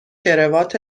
کراوات